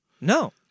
No